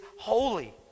holy